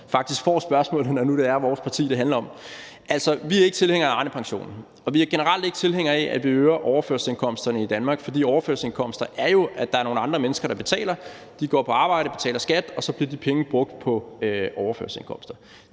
faktisk får spørgsmålet, når nu det er vores parti, det handler om. Altså, vi er ikke tilhængere af Arnepensionen, og vi er generelt ikke tilhængere af, at vi øger overførselsindkomsterne i Danmark, fordi overførselsindkomster jo er, at der er nogle andre mennesker, der betaler. De går på arbejde og betaler skat, og så bliver de penge brugt på overførselsindkomster.